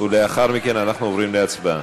לאחר מכן אנחנו עוברים להצבעה.